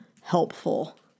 helpful